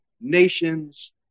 nations